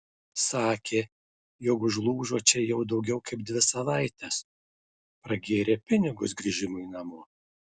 sakė jog užlūžo čia jau daugiau kaip dvi savaites pragėrė pinigus grįžimui namo